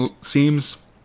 seems